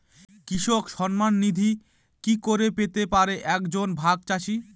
কৃষক সন্মান নিধি কি করে পেতে পারে এক জন ভাগ চাষি?